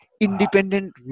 independent